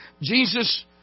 Jesus